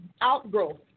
outgrowth